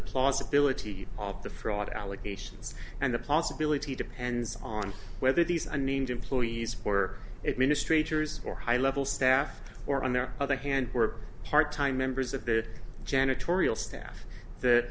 plausibility of the fraud allegations and the possibility depends on whether these unnamed employees or it ministry gers or high level staff or on their other hand were part time members of the janitorial staff that